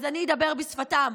אז אני אדבר בשפתם.